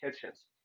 Kitchens